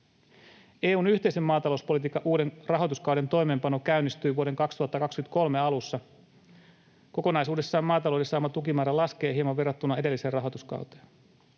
EU:n yhteisen maatalouspolitiikan uuden rahoituskauden toimeenpano käynnistyi vuoden 2023 alussa. Kokonaisuudessaan maatalouden saama tukimäärä laskee hieman verrattuna edelliseen rahoituskauteen.